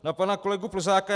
Na pana kolegu Plzáka.